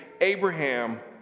Abraham